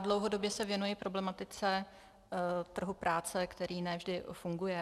Dlouhodobě se věnuji problematice trhu práce, který ne vždy funguje.